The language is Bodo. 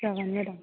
जागोन मेडाम